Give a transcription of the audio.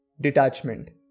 Detachment